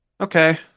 okay